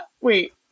wait